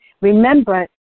Remember